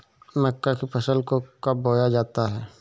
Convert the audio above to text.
मक्का की फसल को कब बोया जाता है?